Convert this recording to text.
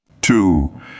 Two